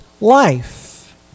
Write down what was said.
life